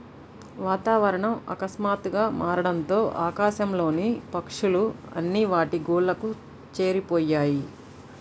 వాతావరణం ఆకస్మాతుగ్గా మారడంతో ఆకాశం లోని పక్షులు అన్ని వాటి గూళ్లకు చేరిపొయ్యాయి